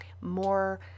more